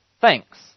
thanks